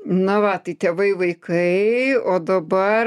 na va tai tėvai vaikai o dabar